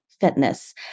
fitness